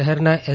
શહેરના એસ